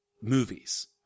movies